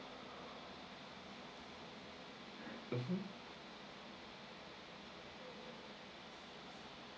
mmhmm